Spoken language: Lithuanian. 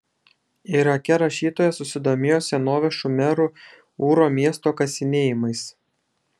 irake rašytoja susidomėjo senovės šumerų ūro miesto kasinėjimais